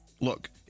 look